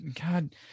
God